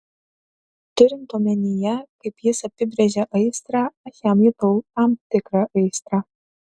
turint omenyje kaip jis apibrėžia aistrą aš jam jutau tam tikrą aistrą